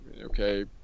Okay